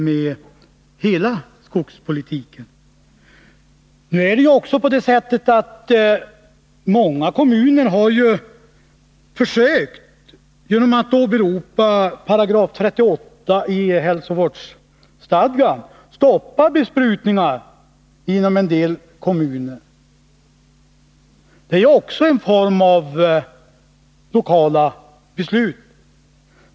Många kommuner har ju försökt att stoppa besprutningar genom att åberopa 38 § i hälsovårdsstadgan. Det är ju också en form av lokala beslut.